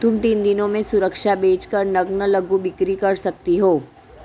तुम तीन दिनों में सुरक्षा बेच कर नग्न लघु बिक्री कर सकती हो